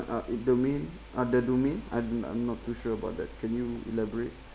uh if the main the domain I'm I'm not too sure about that can you elaborate